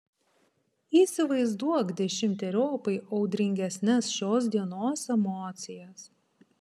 įsivaizduok dešimteriopai audringesnes šios dienos emocijas